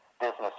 business